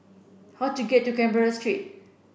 how do get to Canberra Street